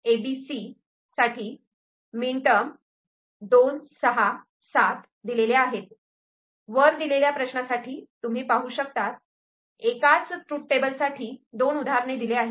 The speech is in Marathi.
FABC ∑ m267 वर दिलेल्या प्रश्नासाठी तुम्ही पाहू शकतात एकाच ट्रूथटेबल साठी दोन उदाहरणे दिले आहेत